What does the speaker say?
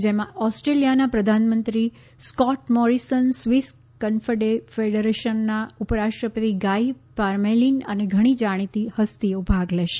જેમાં ઓસ્ટ્રેલિયાના પ્રધાનમંત્રી સ્કોટ મોરિસન સ્વીસ કન્ફેડરેશનના ઉપરાષ્ટ્રપતિ ગાઇ પારમેલિન અને ઘણી જાણીતી હસ્તીઓ ભાગ લેશે